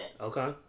Okay